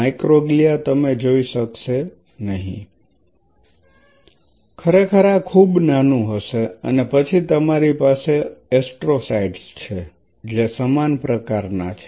microglia તમે જોઈ શકશે નહીં ખરેખર આ ખૂબ નાનું હશે અને પછી તમારી પાસે એસ્ટ્રોસાયટ્સ છે જે સમાન પ્રકારનાં છે